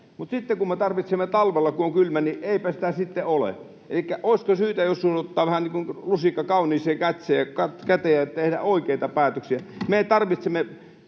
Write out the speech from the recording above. Mutta sitten, kun me tarvitsemme talvella, kun on kylmä, eipä sitä ole. Elikkä olisiko syytä ottaa vähän niin kuin lusikka kauniiseen käteen ja tehdä oikeita päätöksiä? Me tarvitsemme